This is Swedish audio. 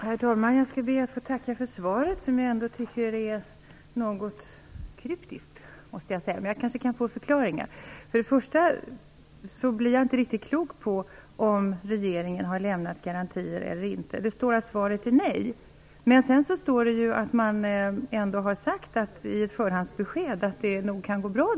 Herr talman! Jag ber att få tacka för svaret. Jag måste dock säga att det är något kryptiskt, men jag kanske kan få en förklaring. Till att börja med blir jag inte riktigt klok på om regeringen har lämnat garantier eller inte. Det står att svaret är nej. Sedan står det att man har sagt i ett förhandsbesked att det nog kan gå bra.